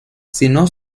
sino